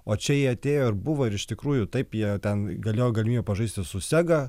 o čia jie atėjo ir buvo ir iš tikrųjų taip jie ten galėjo galimybė pažaisti su sega